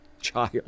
child